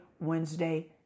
Wednesday